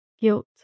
Guilt